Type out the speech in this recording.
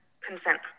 consent